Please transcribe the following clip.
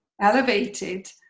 elevated